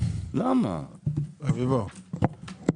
רבותיי,